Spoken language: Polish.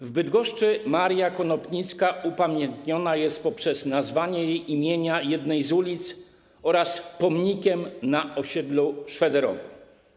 W Bydgoszczy Maria Konopnicka upamiętniona jest poprzez nazwanie jej imieniem jednej z ulic oraz pomnikiem na osiedlu Szwederowo.